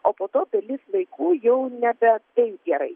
o po to dalis vaikų jau nebe taip gerai